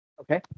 Okay